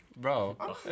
Bro